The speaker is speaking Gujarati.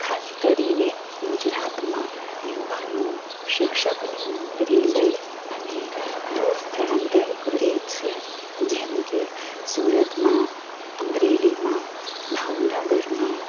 ખાસ કરીને ગુજરાતમાં યુવાનો શિક્ષકની નોકરી અને દૂર સ્થળાંતર કરે છે જેમકે સુરતમાં અમરેલીમાં ભાવનગરમાં